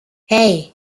hey